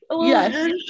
yes